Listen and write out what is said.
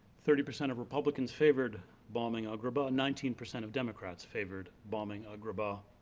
thirty percent of republicans favored bombing agrabah, nineteen percent of democrats favored bombing agrabah,